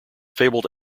fabled